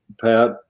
Pat